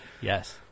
Yes